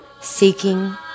seeking